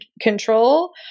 control